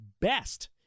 best